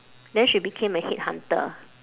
then she became a headhunter